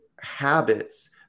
habits